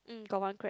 mm got one crab